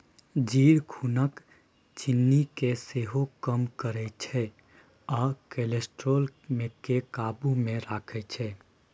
जीर खुनक चिन्नी केँ सेहो कम करय छै आ कोलेस्ट्रॉल केँ काबु मे राखै छै